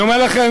אני אומר לכם,